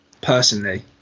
personally